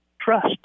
trust